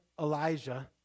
Elijah